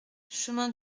chemin